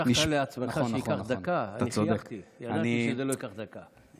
כשהבטחת לעצמך שייקח דקה, ידעתי שזה לא ייקח דקה.